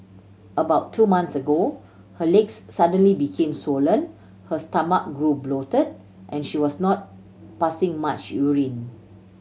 about two months ago her legs suddenly became swollen her stomach grew bloated and she was not passing much urine